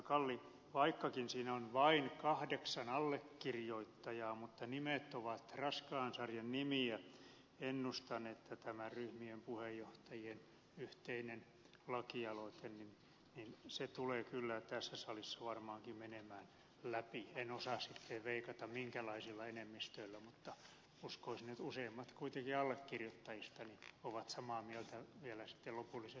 kalli vaikkakin siinä on vain kahdeksan allekirjoittajaa niin kun nimet ovat raskaan sarjan nimiä ennustan että tämä ryhmien puheenjohtajien yhteinen lakialoite tulee kyllä tässä salissa varmaankin menemään läpi en osaa veikata minkälaisella enemmistöllä mutta uskoisin että kuitenkin useimmat allekirjoittajista ovat samaa mieltä vielä lopullisessa käsittelyssä